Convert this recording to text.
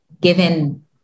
given